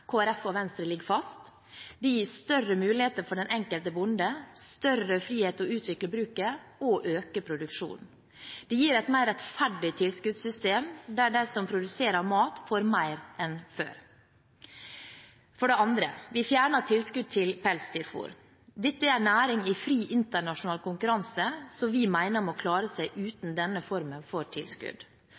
og Venstre, ligger fast. Det gir større muligheter for den enkelte bonde, større frihet til å utvikle bruket og å øke produksjonen. Det gir et mer rettferdig tilskuddssystem, der de som produserer mat, får mer enn før. Vi fjerner tilskudd til pelsdyrfôr. Dette er en næring i fri internasjonal konkurranse, som vi mener må klare seg uten denne formen for tilskudd.